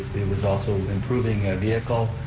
it was also improving a vehicle,